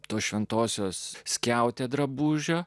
tos šventosios skiautę drabužio